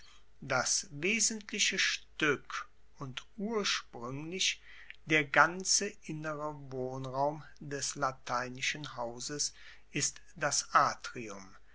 das wesentliche stueck und urspruenglich der ganze innere wohnraum des lateinischen hauses ist das atrium